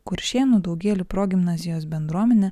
kuršėnų daugėlių progimnazijos bendruomenė